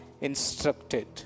instructed